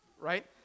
right